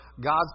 God's